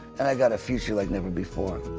and i got a future like never before.